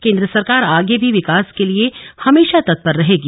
केंद्र सरकार आगे भी विकास के लिये हमेशा तत्पर रहेगी